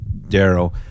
Daryl